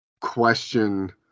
question